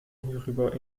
hierüber